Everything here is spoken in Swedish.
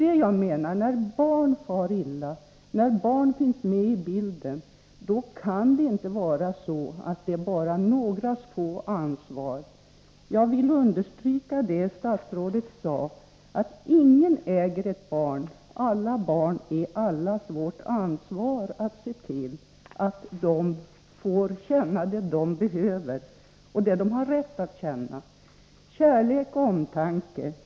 Vad jag menar är att när barn som far illa finns med i bilden kan det inte Ömomhändertaära bara några SES rArsvar; Jag vill understryka det statsrådet jade » att ingen ganden av barn och äger ett barn. Det är allas vårt ansvar att se till att alla barn får känna det de ungdom behöver känna och har rätt att känna: kärlek och omtanke.